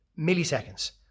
Milliseconds